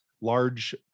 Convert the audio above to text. Large